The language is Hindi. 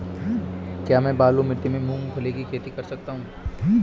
क्या मैं बालू मिट्टी में मूंगफली की खेती कर सकता हूँ?